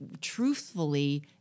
truthfully